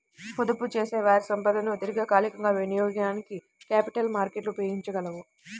పొదుపుచేసేవారి సంపదను దీర్ఘకాలికంగా వినియోగానికి క్యాపిటల్ మార్కెట్లు ఉపయోగించగలవు